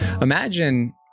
imagine